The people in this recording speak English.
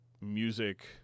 music